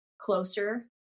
closer